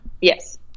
Yes